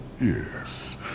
Yes